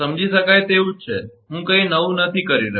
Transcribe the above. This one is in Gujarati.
સમજી શકાય એવું જ છે હું કંઈ નવું નથી કરી રહ્યો